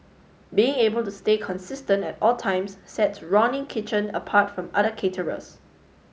being able to stay consistent at all times sets Ronnie Kitchen apart from other caterers